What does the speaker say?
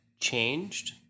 changed